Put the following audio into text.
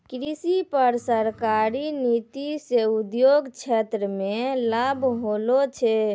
कृषि पर सरकारी नीति से उद्योग क्षेत्र मे लाभ होलो छै